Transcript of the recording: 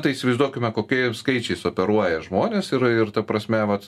tai įsivaizduokime kokiais skaičiais operuoja žmonės ir ir ta prasme vat